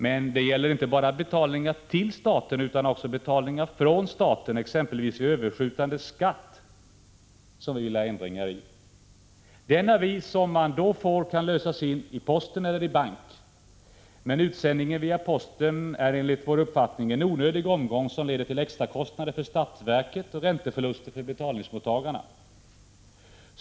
Det är inte bara i systemet för betalningar till staten som vi vill ha ändringar, utan också i systemet för betalningar från staten, exempelvis vid överskjutande skatt. Den avi som man får kan lösas in på posten eller i bank. Men utsändningen via posten är enligt vår uppfattning en onödig omgång, som leder till extrakostnader för statsverket och ränteförluster för betalningsmottagarna.